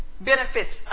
benefits